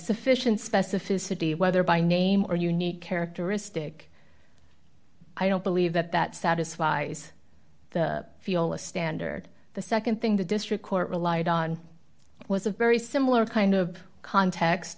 sufficient specificity whether by name or unique characteristic i don't believe that that satisfies the fuel a standard the nd thing the district court relied on was a very similar kind of context